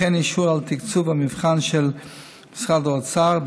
וכן אישור לתקצוב המבחן ממשרד האוצר,